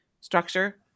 structure